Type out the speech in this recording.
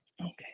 Okay